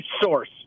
Source